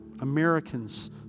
Americans